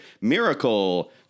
Miracle